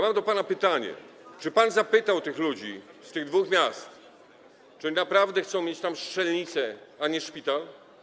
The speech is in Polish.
Mam do pana pytanie: Czy pan zapytał tych ludzi z tych dwóch miast, czy naprawdę chcą mieć tam strzelnicę, a nie szpital?